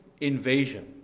invasion